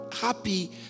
happy